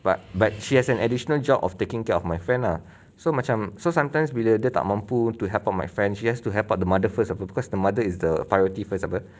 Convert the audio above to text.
but but she has an additional job of taking care of my friend lah so macam so sometimes bila dia tak mampu to help out my friends she has to help out the mother first apa because the mother is the priority first apa